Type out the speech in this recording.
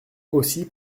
aussi